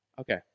Okay